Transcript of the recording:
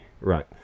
right